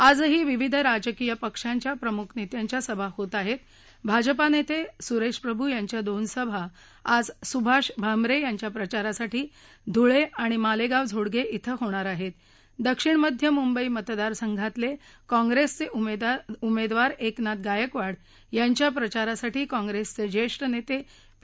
आजही विविध राजकीय पक्षांच्या प्रमुख नस्विंच्या सभा होत आहसी भाजपा नस्विंच्याप्रभू यांच्या दोन सभा आज सुभाष भामरी यांच्या प्रचारासाठी धूळ िआणि माला स्टि झोडग िश्वे होणार आहत दक्षिण मध्य मुंबई मतदारसंघातल िशँग्रस्ति उमिद्विर एकनाथ गायकवाड यांच्या प्रचारासाठी काँग्रस्क्रिउियहीनहीपी